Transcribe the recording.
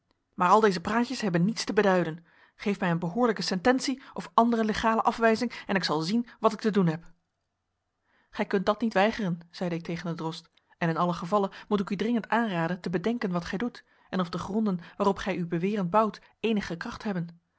maar al deze praatjes hebben niets te beduiden geef mij een behoorlijke sententie of andere legale afwijzing en ik zal zien wat ik te doen heb gij kunt dat niet weigeren zeide ik tegen den drost en in allen gevalle moet ik u dringend aanraden te bedenken wat gij doet en of de gronden waarop gij uw beweren bouwt eenige kracht hebben